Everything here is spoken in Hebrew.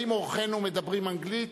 האם אורחינו מדברים אנגלית?